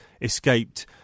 escaped